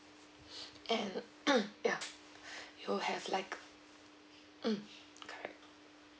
and ya you will have like mm okay